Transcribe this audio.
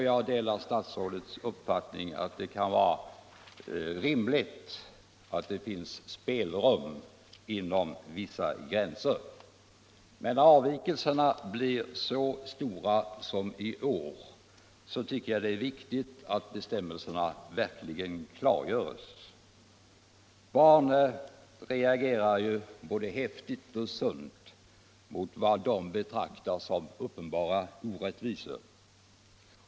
Jag delar statsrådets uppfattning att det kan vara rimligt att det finns spelrum inom vissa gränser. Men när avvikelserna blir så stora som 1 år tycker jag det är viktigt att bestämmelserna verkligen klargörs. Barn reagerar ju både häftigt och sunt mot vad de betraktar som uppenbara orättvisor.